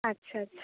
আচ্ছা আচ্ছা